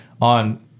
on